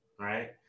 right